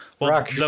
rock